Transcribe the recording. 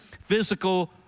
physical